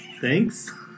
Thanks